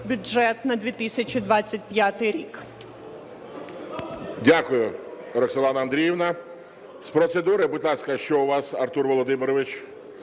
бюджет на 2025 рік.